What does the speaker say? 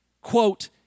quote